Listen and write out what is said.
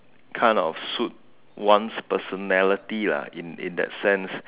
kind of suit one's personality lah in that sense